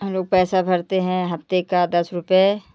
हम लोग पैसा भरते हैं हफ्ते का दस रुपये